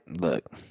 look